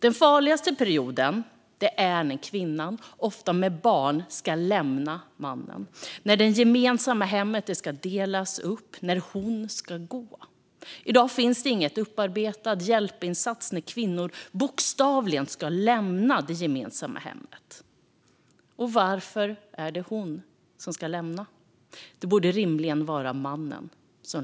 Den farligaste perioden är när kvinnan - ofta med barn - ska lämna mannen, när det gemensamma hemmet ska delas upp, när hon ska gå. I dag finns det ingen upparbetad hjälpinsats när kvinnan bokstavligen ska lämna det gemensamma hemmet. Och varför är det hon som ska lämna det? Det borde rimligen vara mannen.